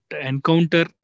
encounter